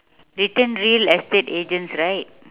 written real estate agents right